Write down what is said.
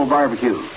barbecue